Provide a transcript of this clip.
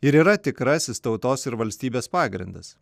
ir yra tikrasis tautos ir valstybės pagrindas